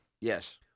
Yes